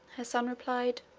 her son replied.